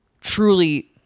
truly